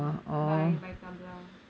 by by by tabla